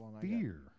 fear